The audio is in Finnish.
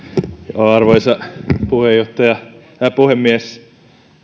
arvoisa puheenjohtaja puhemies